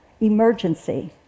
emergency